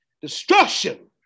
Destruction